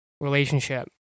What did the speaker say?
relationship